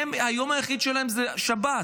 היום היחיד שלהם זה שבת.